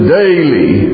daily